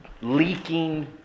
Leaking